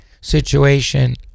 situation